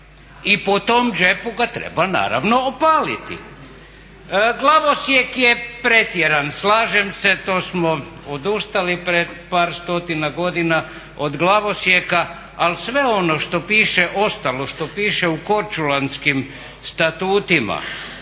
i po tom džepu ga treba naravno opaliti. Glavosjek je pretjeran, slažem se to smo odustali pred par stotina godina od glavosjeka. Ali sve ono što piše ostalo što piše u Korčulanskim statutima,